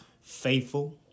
faithful